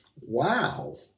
wow